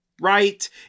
right